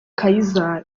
kayizari